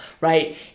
right